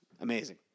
Amazing